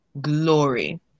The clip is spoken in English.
glory